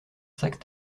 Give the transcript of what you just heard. sac